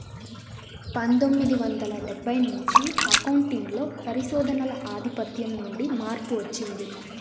పందొమ్మిది వందల డెబ్బై నుంచి అకౌంటింగ్ లో పరిశోధనల ఆధిపత్యం నుండి మార్పు వచ్చింది